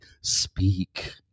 speak